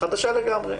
חדשה לגמרי.